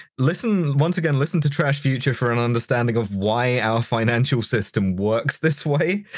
listen, once again, listen to trashfuture for an understanding of why our financial system works this way,